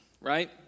right